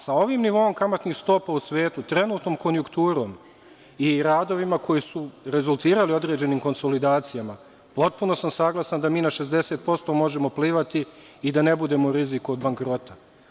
Sa ovim nivoom kamatnih stopa u svetu, trenutnom konjukturom i radovima koji su rezultirali u određenim konsolidacijama, potpuno sam saglasan da mi na 60% možemo plivati i da ne budemo rizik od bankrota.